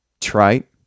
trite